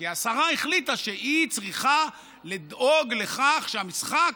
כי השרה החליטה שהיא צריכה לדאוג לכך שהמשחק